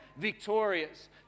victorious